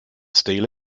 steal